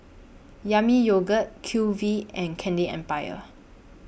Yami Yogurt Q V and Candy Empire